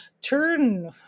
turn